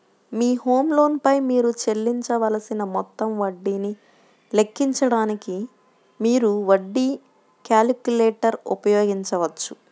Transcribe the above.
మీ home loan పై మీరు చెల్లించవలసిన మొత్తం వడ్డీని లెక్కించడానికి, మీరు వడ్డీ క్యాలిక్యులేటర్ ఉపయోగించవచ్చు